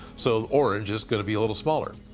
so orange is gonna be a little smaller.